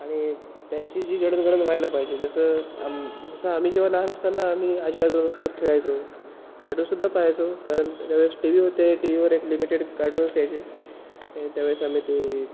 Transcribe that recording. आणि त्यांची जी जडणघडण व्हायला पाहिजे जसं आ जसं आम्ही जेव्हा लहान असताना आम्ही आजी आजोबांसोबत खेळायचो कार्टूनसुद्धा पाहायचो कारण त्यावेळेस टी वी होते टी व्हीवर एक लिमिटेड कार्टून्स यायचे त्यावेळेस आम्ही ते